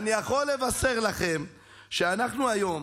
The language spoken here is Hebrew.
שאנחנו היום